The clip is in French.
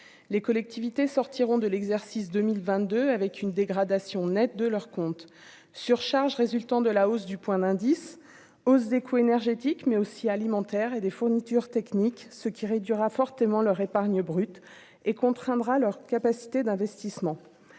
les collectivités sortiront de l'exercice 2022 avec une dégradation nette de leurs comptes surcharge résultant de la hausse du point d'indice, hausse des coûts énergétiques mais aussi alimentaires et des fournitures technique, ce qui réduira fortement leur épargne brute et contraindra leur capacité d'investissement,